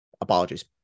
apologies